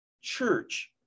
church